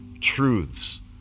truths